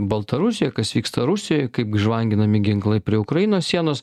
baltarusijoj kas vyksta rusijoj kaip žvanginami ginklai prie ukrainos sienos